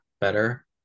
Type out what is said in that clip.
better